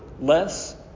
less